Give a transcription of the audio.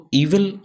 evil